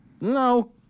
no